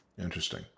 Interesting